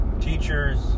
Teachers